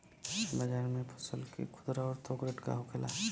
बाजार में फसल के खुदरा और थोक रेट का होखेला?